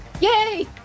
Yay